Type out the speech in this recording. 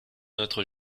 notre